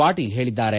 ಪಾಟೀಲ್ ಹೇಳಿದ್ದಾರೆ